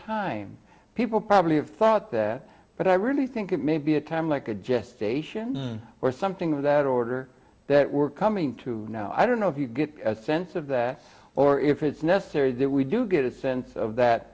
time people probably have thought that but i really think it may be a time like a gestation or something of that order that we're coming to now i don't know if you get a sense of that or if it's necessary that we do get a sense of that